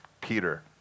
Peter